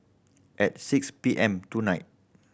at six P M tonight